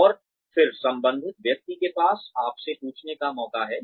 और फिर संबंधित व्यक्ति के पास आपसे पूछने का मौका है